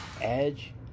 Edge